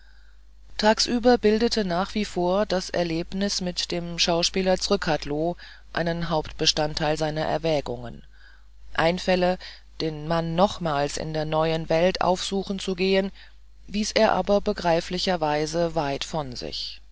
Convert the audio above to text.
tagsüber bildete nach wie vor das erlebnis mit dem schauspieler zrcadlo einen hauptbestandteil seiner erwägungen einfälle den mann nochmals in der neuen welt aufsuchen zu gehen wies er aber begreiflicherweise weit von sich